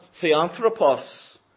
theanthropos